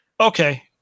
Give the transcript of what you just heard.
Okay